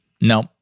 No